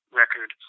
record